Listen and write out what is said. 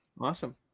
Awesome